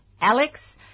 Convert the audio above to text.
Alex